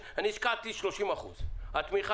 שהוא עצמו ברביזיה אחת גדולה,